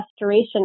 Restoration